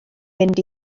mynd